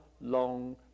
long